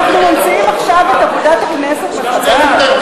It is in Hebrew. אנחנו ממציאים עכשיו את עבודת הכנסת מחדש?